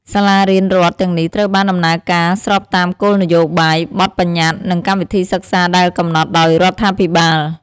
សាលារៀនរដ្ឋទាំងនេះត្រូវបានដំណើរការស្របតាមគោលនយោបាយ បទប្បញ្ញត្តិ និងកម្មវិធីសិក្សាដែលកំណត់ដោយរដ្ឋាភិបាល។